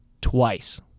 twice